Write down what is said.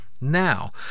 now